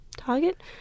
target